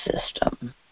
system